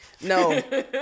No